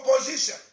opposition